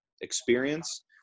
experience